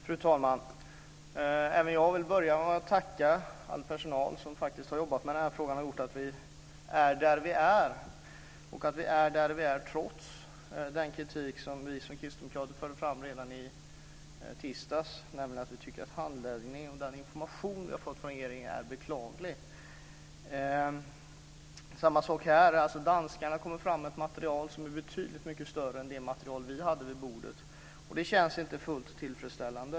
Fru talman! Även jag vill börja med att tacka all personal som har jobbat med denna fråga och har gjort att vi är där vi är. Vi är där vi är trots den kritik vi kristdemokrater förde fram redan i tisdags, nämligen att handläggningen och informationen från regeringen är beklaglig. Danskarna har kommit fram med ett material som är betydligt mycket större än det material vi hade vid bordet. Det känns inte fullt tillfredsställande.